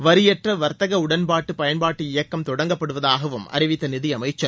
வரியற்ற வர்த்தக உடன்பாட்டு பயன்பாட்டு இயக்கம் தொடங்கப்படுவதாகவும் அறிவித்த நிதியமைச்சர்